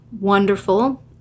wonderful